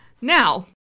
Now